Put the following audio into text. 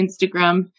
Instagram